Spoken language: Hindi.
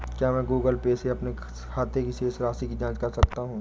क्या मैं गूगल पे से अपने खाते की शेष राशि की जाँच कर सकता हूँ?